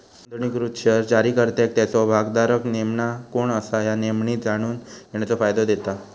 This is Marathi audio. नोंदणीकृत शेअर्स जारीकर्त्याक त्याचो भागधारक नेमका कोण असा ह्या नेहमी जाणून घेण्याचो फायदा देता